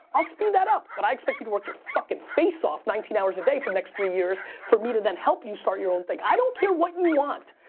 i'll speed that up. but i expect you to work your fucking face off nineteen hours a day for the next three years for me to then help you start your own thing. i don't care what you want.